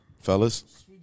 fellas